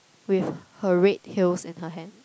with her red heels in her hand